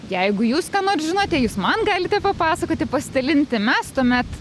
jeigu jūs ką nors žinote jūs man galite papasakoti pasidalinti mes tuomet